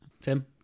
Tim